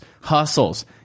hustles